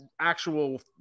actual